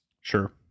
sure